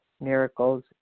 miracles